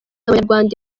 abanyarwanda